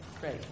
Great